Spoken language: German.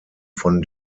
von